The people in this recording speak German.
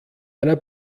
einer